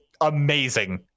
Amazing